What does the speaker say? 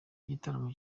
igitaramo